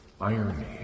irony